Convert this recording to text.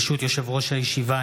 ברשות יושב-ראש הישיבה,